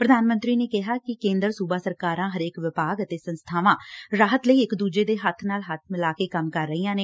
ਪ੍ਰਧਾਨ ਮੰਤਰੀ ਨੇ ਕਿਹਾ ਕਿ ਕੇਂਦਰ ਸੂਬਾ ਸਰਕਾਰਾਂ ਹਰੇਕ ਵਿਭਾਗ ਅਤੇ ਸੰਸਥਾਵਾਂ ਰਾਹਤ ਲਈ ਇਕ ਦੂਜੇ ਦੇ ਹੱਥ ਨਾਲ ਹੱਥ ਮਿਲਾ ਕੇ ਕੰਮ ਕਰ ਰਹੀਆਂ ਨੇ